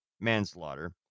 manslaughter